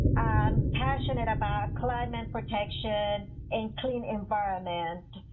i'm passionate about climate protection and clean environment.